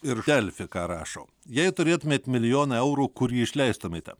ir delfi ką rašo jei turėtumėt milijoną eurų kur jį išleistumėte